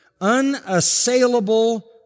unassailable